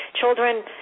children